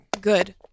Good